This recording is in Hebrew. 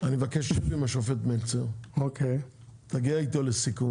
מבקש, שב עם השופט מלצר, תגיע אתו לסיכום.